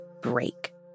break